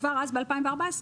כבר אז, ב-2014,